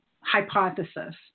hypothesis